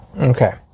Okay